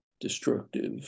destructive